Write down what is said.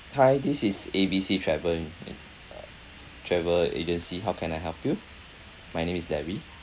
hi this is A_B_C travel uh travel agency how can I help you my name is larry